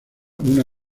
una